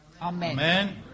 Amen